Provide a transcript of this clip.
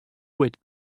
waited